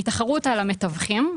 היא תחרות על המתווכים,